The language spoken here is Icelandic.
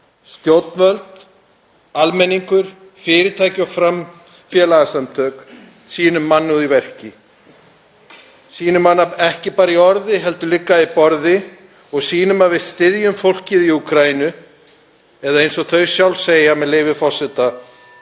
stjórnvöld, almenningur, fyrirtæki og félagasamtök, sýnum mannúð í verki, sýnum hana ekki bara í orði heldur líka á borði og sýnum að við styðjum fólkið í Úkraínu, eða eins og þau segja sjálf, með leyfi forseta: